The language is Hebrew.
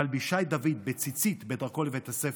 מלבישה את דוד בציצית בדרכו לבית הספר,